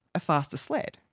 a faster sled.